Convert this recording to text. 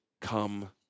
come